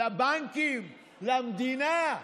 לבנקים, למדינה,